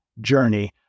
journey